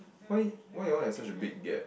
why why you all have such a big gap